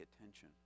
attention